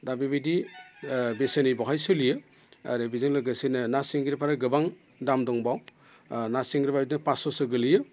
दा बेबायदि बेसेननि बेवहाय सोलियो आरो बेजों लोगोसेनो ना सिंगिफ्रानो गोबां दाम दं बेयाव ना सिंगिया बिदिनो फासस'सो गोलैयो